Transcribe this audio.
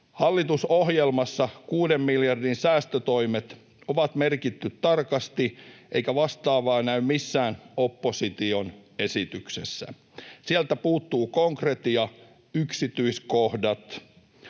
Hallitusohjelmassa kuuden miljardin säästötoimet on merkitty tarkasti, eikä vastaavaa näy missään opposition esityksessä. Sieltä puuttuu konkretia, yksityiskohdat.